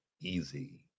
easy